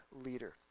leader